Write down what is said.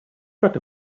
got